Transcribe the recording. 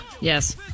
Yes